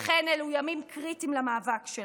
לכן אלו ימים קריטיים למאבק שלנו.